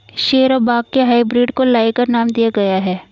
शेर और बाघ के हाइब्रिड को लाइगर नाम दिया गया है